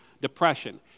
depression